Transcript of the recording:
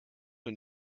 und